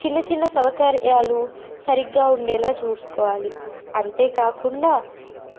చిన్న చిన్న సౌకర్యాలు సరిగ్గా ఉండేలా చూసుకోవాలి అంతేకాకుండా